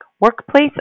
workplace